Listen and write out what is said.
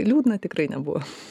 liūdna tikrai nebuvo